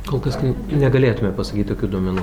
kol kas tai negalėtume pasakyt tokių duomenų